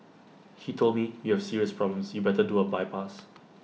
he told me you have serious problems you better do A bypass